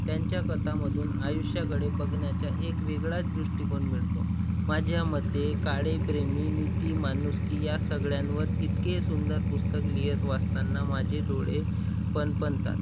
त्यांच्या कथामधून आयुष्याकडे बघण्याचा एक वेगळाच दृष्टिकोन मिळतो माझ्या मते काळे प्रेमी निती माणूसकी या सगळ्यांवर इतके सुंदर पुस्तक लिहत वाचताना माझे डोळे फणफणतात